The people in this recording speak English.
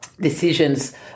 decisions